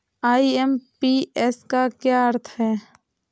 IMPS का क्या अर्थ है?